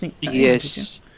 Yes